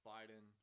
Biden